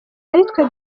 aritwe